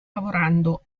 lavorando